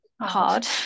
hard